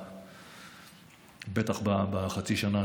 בטח בחצי שנה,